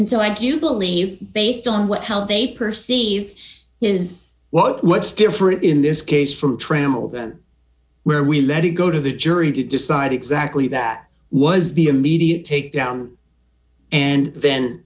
and so i do believe based on what how they perceive it is what's different in this case for trammell than where we let it go to the jury to decide exactly that was the immediate takedown and then